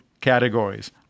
categories